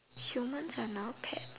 humans are now pets